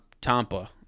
Tampa